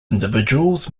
individuals